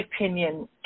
opinion